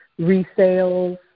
resales